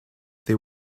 they